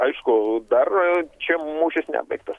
aišku dar čia mūšis nebaigtas